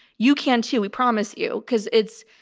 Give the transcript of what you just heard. you can too. we promise you. cause it's,